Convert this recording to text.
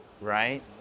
right